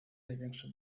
największe